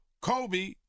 Kobe